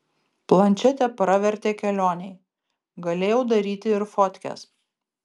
plančetė pravertė kelionėj galėjau daryti ir fotkes